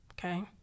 okay